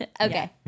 okay